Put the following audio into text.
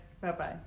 Bye-bye